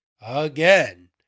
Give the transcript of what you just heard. again